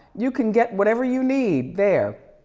you can get whatever you need there.